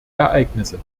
ereignisse